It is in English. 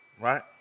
right